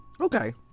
Okay